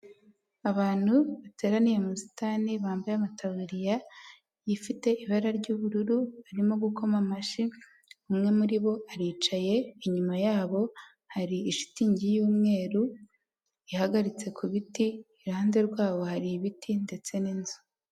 Abantu bateraniye mu busitani bambaye amataburiya, ifite ibara ry'ubururu barimo gukoma amashyi, umwe muri bo aricaye, inyuma yabo hari ishitingi y'umweru ihagaritse ku biti, iruhande rwabo hari ibiti ndetse n'inzu.